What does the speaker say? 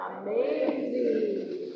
amazing